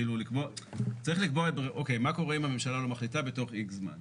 אוקיי, מה קורה אם הממשלה לא מחליטה בתוך X זמן?